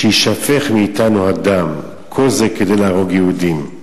שיישפך מאתנו הדם, כל זה כדי להרוג יהודים.